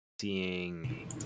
seeing